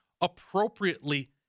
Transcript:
appropriately